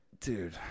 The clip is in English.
Dude